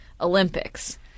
Olympics